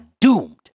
doomed